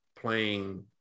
playing